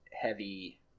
heavy